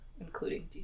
including